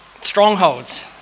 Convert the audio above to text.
strongholds